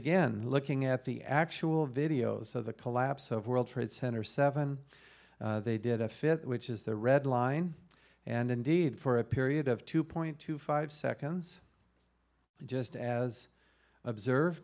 again looking at the actual videos of the collapse of world trade center seven they did a fit which is the red line and indeed for a period of two point two five seconds just as observed